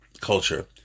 culture